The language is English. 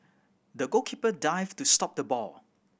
the goalkeeper dived to stop the ball